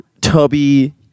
tubby